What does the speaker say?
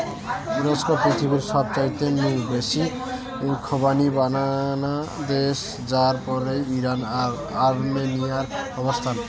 তুরস্ক পৃথিবীর সবচাইতে নু বেশি খোবানি বানানা দেশ যার পরেই ইরান আর আর্মেনিয়ার অবস্থান